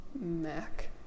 Mac